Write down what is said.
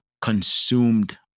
consumed